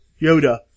Yoda